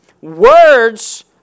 Words